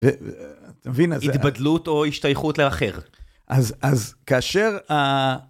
ו... תה מבין, אז... התבדלות או השתייכות לאחר. אז, אז כאשר, א...